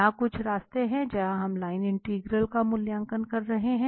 यहाँ कुछ रास्ता हैं जहाँ हम लाइन इंटीग्रल का मूल्यांकन कर रहे हैं